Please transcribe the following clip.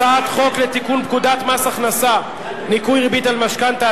הצעת חוק לתיקון פקודת מס הכנסה (ניכוי ריבית על משכנתה),